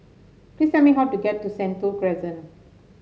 please tell me how to get to Sentul Crescent